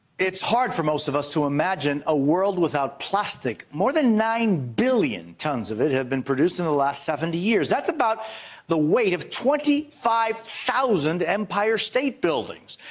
it's hard for most of us to imagine a world without plastic. more than nine billion tons of it have been produced in the last seventy years. that's the weight of twenty five thousand empire state buildings.